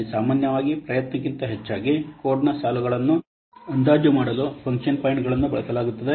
ಅಲ್ಲಿ ಸಾಮಾನ್ಯವಾಗಿ ಪ್ರಯತ್ನಕ್ಕಿಂತ ಹೆಚ್ಚಾಗಿ ಕೋಡ್ನ ಸಾಲುಗಳನ್ನು ಅಂದಾಜು ಮಾಡಲು ಪಾಯಿಂಟ್ಗಳನ್ನು ಬಳಸಲಾಗುತ್ತದೆ